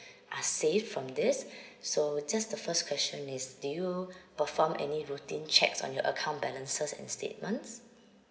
are safe from this so just the first question is did you perform any routine checks on your account balances and statements